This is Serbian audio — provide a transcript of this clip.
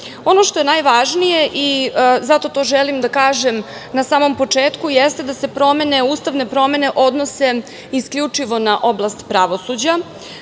što je najvažnije i zato to želim da kažem na samom početku jeste da se promene, ustavne promene odnose isključivo na oblast pravosuđa.